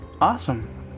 Awesome